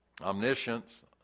omniscience